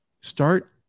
Start